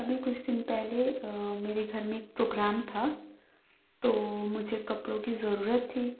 ابھی کچھ دن پہلے میرے گھر میں ایک پروگرام تھا تو مجھے کپڑوں کی ضرورت تھی